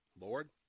Lord